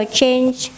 change